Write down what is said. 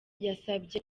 yasabye